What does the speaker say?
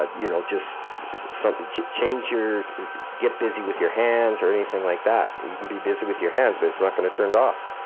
ah you know just change your get busy with your hands, or anything like that. you can be busy with your hands, but it's not gonna turn it off.